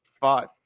five